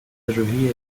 روحی